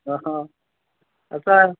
অঁ অঁ আছা